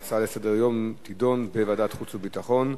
ההצעה לסדר-היום תידון בוועדת החוץ והביטחון.